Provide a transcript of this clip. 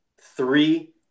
three